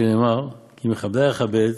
שנאמר 'כי מכבדי אכבד